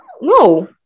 no